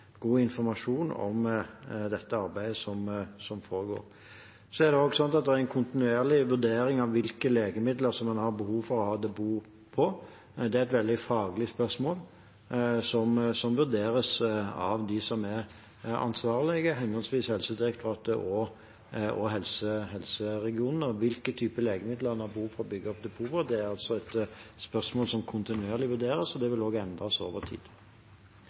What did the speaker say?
dette området, og for de prosessene som er på vei. Stortinget får god informasjon om det arbeidet som foregår. Det er en kontinuerlig vurdering av hvilke legemidler man har behov for å ha depot av. Det er et veldig faglig spørsmål, som vurderes av dem som er ansvarlige, henholdsvis Helsedirektoratet og helseregionene. Hvilke typer legemidler en har behov for å bygge opp et depot av, er altså et spørsmål som kontinuerlig vurderes, og det vil også endres over tid.